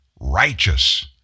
righteous